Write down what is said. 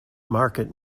market